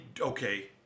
okay